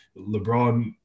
LeBron